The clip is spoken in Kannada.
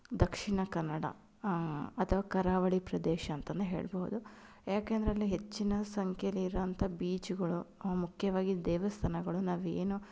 ದಕ್ಷಿಣ ಕನ್ನಡ ಅಥವಾ ಕರಾವಳಿ ಪ್ರದೇಶ ಅಂತನೂ ಹೇಳಬಹ್ದು ಯಾಕೆ ಅಂದರೆ ಅಲ್ಲಿ ಹೆಚ್ಚಿನ ಸಂಖ್ಯೆಯಲ್ಲಿರಾಂಥ ಬೀಚುಗಳು ಮುಖ್ಯವಾಗಿ ದೇವಸ್ಥಾನಗಳು ನಾವು ಏನು